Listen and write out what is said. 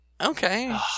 Okay